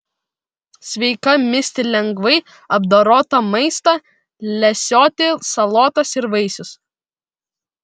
sveika misti lengvai apdorotą maistą lesioti salotas ir vaisius